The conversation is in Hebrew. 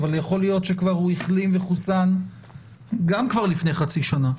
אבל יכול להיות שכבר הוא החלים וחוסן גם כבר לפני חצי שנה.